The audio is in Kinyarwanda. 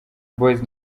boyz